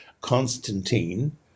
Constantine